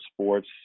sports